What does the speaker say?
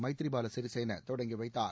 மைத்ரிபால சிறிசேனா தொடங்கி வைத்தார்